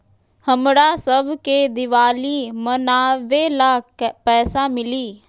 हमरा शव के दिवाली मनावेला पैसा मिली?